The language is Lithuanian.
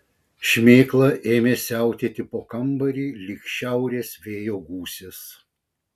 šmėkla ėmė siautėti po kambarį lyg šiaurės vėjo gūsis